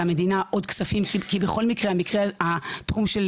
המדינה עוד כספים כי בכל מקרה התחום של